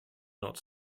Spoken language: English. not